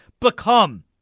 become